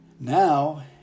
Now